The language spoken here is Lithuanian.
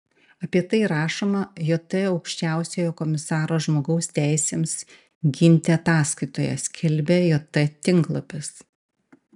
apie tai rašoma jt aukščiausiojo komisaro žmogaus teisėms ginti ataskaitoje skelbia jt tinklapis